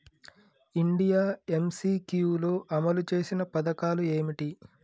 India MCQ లో అమలు చేసిన పథకాలు ఏమిటి?